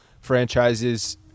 franchises